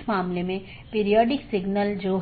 इसमें स्रोत या गंतव्य AS